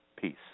Peace